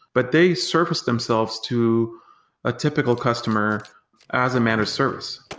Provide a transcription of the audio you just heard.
but they service themselves to a typical customer as a managed service.